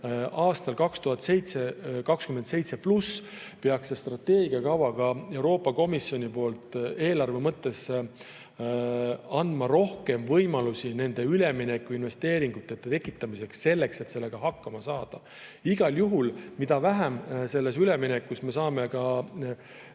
aastal 2027+ peaks see strateegiakava ka Euroopa Komisjoni poolt eelarve mõttes andma rohkem võimalusi nende üleminekuinvesteeringute tekitamiseks, selleks et nendega hakkama saada. Igal juhul, mida vähem me selles üleminekus saame